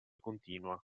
continua